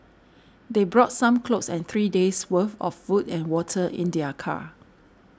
they brought some clothes and three days' worth of food and water in their car